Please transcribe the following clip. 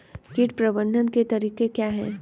कीट प्रबंधन के तरीके क्या हैं?